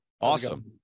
Awesome